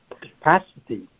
capacity